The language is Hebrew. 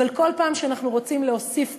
אבל כל פעם שאנחנו רוצים להוסיף קומה,